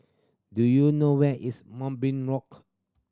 do you know where is Moonbeam Walk